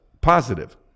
Positive